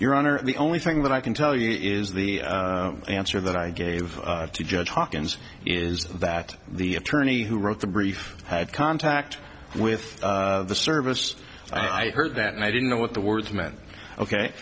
your honor the only thing that i can tell you is the answer that i gave to judge hawkins is that the attorney who wrote the brief had contact with the service i heard that and i didn't know what the words meant ok